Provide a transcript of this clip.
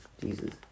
jesus